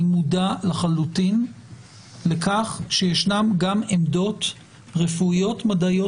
אני מודע לחלוטין לכך שיש גם עמדות רפואיות מדעיות